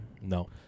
No